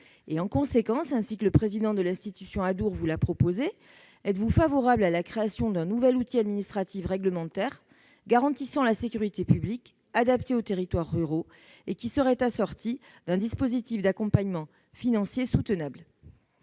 En conséquence, ainsi que le président de l'Institution Adour vous l'a proposé, êtes-vous favorable à la création d'un nouvel outil administratif réglementaire, garantissant la sécurité publique, adapté aux territoires ruraux et qui serait assorti d'un dispositif d'accompagnement financier soutenable ?